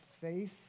faith